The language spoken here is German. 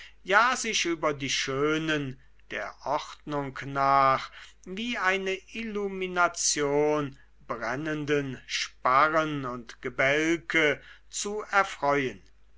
ja sich über die schönen der ordnung nach wie eine illumination brennenden sparren und gebälke zu erfreuen